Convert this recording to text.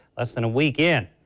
less than a week in.